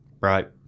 Right